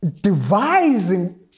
devising